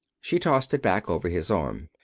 she tossed it back over his arm.